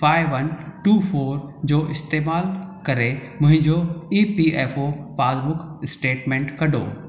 five one two four जो इस्तेमालु करे मुंहिंजो E P F O passbook statement कढो